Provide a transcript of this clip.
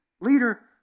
leader